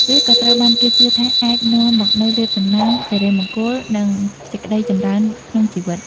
វាក៏ត្រូវបានគេជឿថាអាចនាំមកនូវលាភសំណាង សិរីមង្គល និងសេចក្តីចម្រើនក្នុងជីវិត។